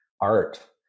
art